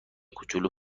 کوچولو